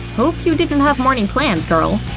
hope you didn't have morning plans, girl.